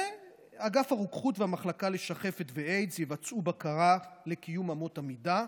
ואגף הרוקחות והמחלקה לשחפת ואיידס יבצעו בקרה לקיום אמות המידה.